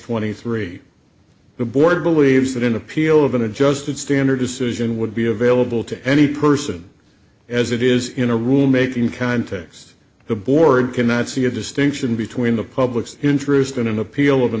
twenty three the board believes that an appeal of an adjusted standard decision would be available to any person as it is in a room making context the board cannot see a distinction between the public's interest in an appeal of an